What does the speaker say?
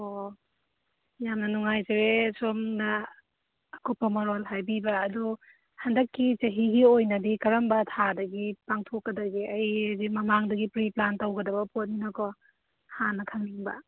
ꯑꯣ ꯌꯥꯝꯅ ꯅꯨꯡꯉꯥꯏꯖꯔꯦ ꯁꯣꯝꯅ ꯑꯀꯨꯞꯄ ꯃꯔꯣꯜ ꯍꯥꯏꯕꯤꯕ ꯑꯗꯨ ꯍꯟꯗꯛꯀꯤ ꯆꯍꯤꯒꯤ ꯑꯣꯏꯅꯗꯤ ꯀꯔꯝꯕ ꯊꯥꯗꯒꯤ ꯄꯥꯡꯊꯣꯛꯀꯗꯒꯦ ꯑꯩ ꯃꯃꯥꯡꯗꯒꯤ ꯄ꯭ꯔꯤ ꯄ꯭ꯂꯥꯟ ꯇꯧꯒꯗꯕ ꯄꯣꯠꯅꯤꯅꯀꯣ ꯍꯥꯟꯅ ꯈꯪꯅꯤꯡꯕ